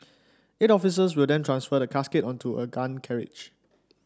eight officers will then transfer the casket onto a gun carriage